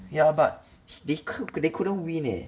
yeah but h~ they could they couldn't win eh